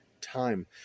time